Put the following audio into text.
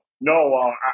no